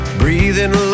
breathing